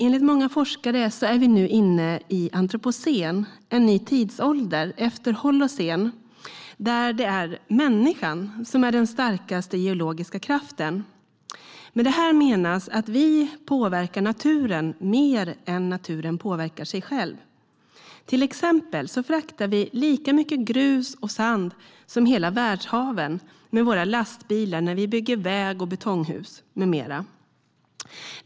Enligt många forskare är vi nu inne i antropocen, en ny tidsålder efter holocen, där det är människan som är den är starkaste geologiska kraften. Med detta menas att vi påverkar naturen mer än naturen påverkar sig själv. Till exempel fraktar vi lika mycket grus och sand som hela världshaven med våra lastbilar när vi bygger väg, betonghus med mera.